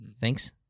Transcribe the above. thanks